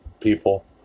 people